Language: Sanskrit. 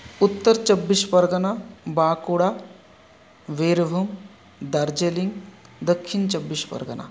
उत्तरचब्बिश्बर्गन बाकुड वीरहु डार्जलिङ्ग् दक्षिन्चब्बिश्बर्गन